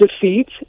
defeat